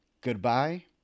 Goodbye